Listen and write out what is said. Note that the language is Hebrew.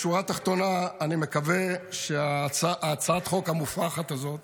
בשורה התחתונה, אני מקווה שהצעת החוק המופרכת הזאת